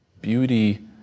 Beauty